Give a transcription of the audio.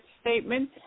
statement